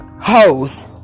hoes